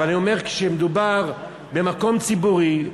אבל אני אומר: כשמדובר במקום ציבורי,